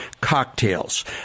cocktails